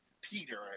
Peter